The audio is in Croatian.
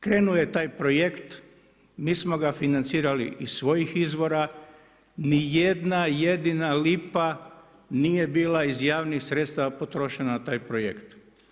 Krenuo je taj projekt, mi smo ga financirali iz svojih izvora, nijedna jedina lipa nije bila iz javnih sredstava potrošena na taj projekt.